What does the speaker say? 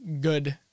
good